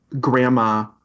grandma